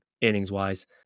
innings-wise